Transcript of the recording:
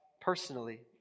personally